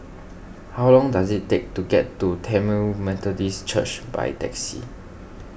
how long does it take to get to Tamil Methodist Church by taxi